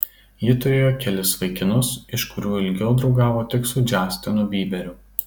ji turėjo kelis vaikinus iš kurių ilgiau draugavo tik su džastinu byberiu